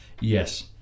Yes